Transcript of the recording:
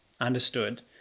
understood